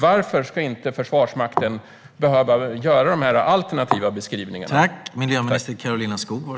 Varför ska Försvarsmakten inte behöva göra några alternativa beskrivningar?